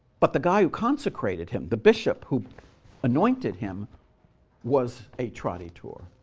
but the guy who consecrated him, the bishop who anointed him was a traditor,